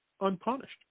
unpunished